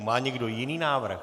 Má někdo jiný návrh?